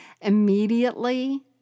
immediately